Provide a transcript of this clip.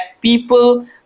people